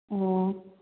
ꯑꯣ